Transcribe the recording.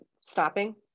stopping